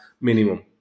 minimum